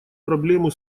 проблему